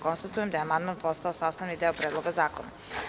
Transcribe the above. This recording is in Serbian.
Konstatujem da je amandman postao sastavni deo Predloga zakona.